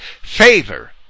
favor